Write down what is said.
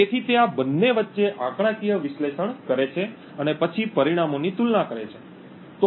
તેથી તે આ બંને વચ્ચે આંકડાકીય વિશ્લેષણ કરે છે અને પછી પરિણામોની તુલના કરે છે